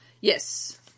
Yes